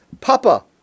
Papa